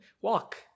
Walk